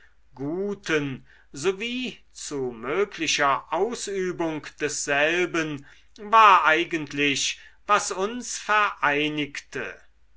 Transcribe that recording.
guten sowie zu möglicher ausübung desselben war eigentlich was uns vereinigte